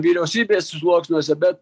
vyriausybės sluoksniuose bet